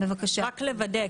רק לוודא,